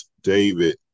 David